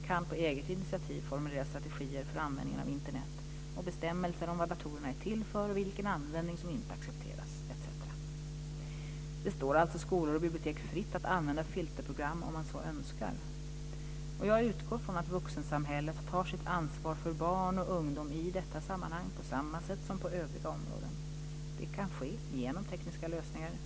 kan på eget initiativ formulera strategier för användningen av Internet, bestämmelser om vad datorerna är till för och vilken användning som inte accepteras osv. Det står alltså skolor och bibliotek fritt att använda filterprogram om man så önskar. Jag utgår från att vuxensamhället tar sitt ansvar för barn och ungdom i detta sammanhang på samma sätt som på övriga områden. Det kan ske genom tekniska lösningar.